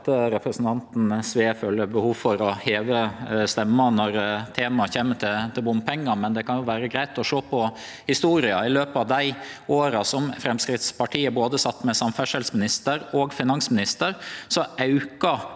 representanten Sve føler behov for å heve stemma når temaet kjem til bompengar, men det kan vere greitt å sjå på historia. I løpet av dei åra Framstegspartiet sat med både samferdselsministeren og finansministeren,